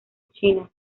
china